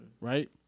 Right